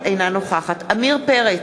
אינה נוכחת עמיר פרץ,